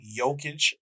Jokic